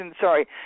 Sorry